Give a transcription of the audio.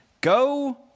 go